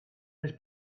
his